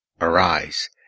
Arise